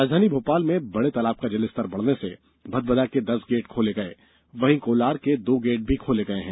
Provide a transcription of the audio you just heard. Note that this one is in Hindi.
राजधानी भोपाल में बडे तालाब का जलस्तर बढने से भदभदा के दस गेट खोल दिये गये हैं वहीं कोलार के दो गेट भी खोले गये हैं